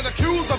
cool